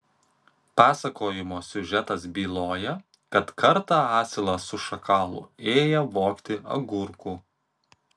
pasakojimo siužetas byloja kad kartą asilas su šakalu ėję vogti agurkų